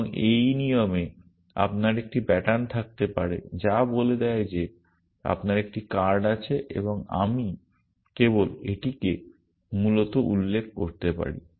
এবং এই নিয়মে আমার একটি প্যাটার্ন থাকতে পারে যা বলে দেয় যে আপনার একটি কার্ড আছে এবং আমি কেবল এটিকে মূলত উল্লেখ করতে পারি